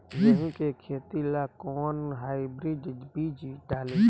गेहूं के खेती ला कोवन हाइब्रिड बीज डाली?